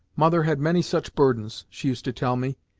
mother had many such burdens, she used to tell me,